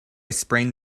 sprained